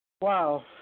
Wow